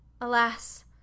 Alas